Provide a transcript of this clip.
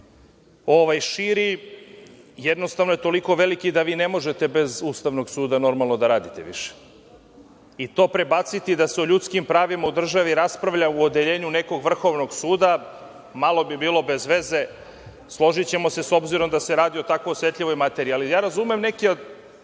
širi jednostavno je toliko veliki da vi ne možete bez Ustavnog suda normalno da radite više i to prebaciti da se o ljudskim pravima u državi raspravlja u odeljenju nekog vrhovnog suda, malo bi bilo bezveze, složićemo se, s obzirom da se radi o tako osetljivoj materiji. Ali, ja razumem ovde neke,